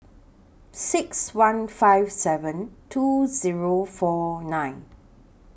six one five seven two Zero four nine